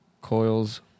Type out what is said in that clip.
Coils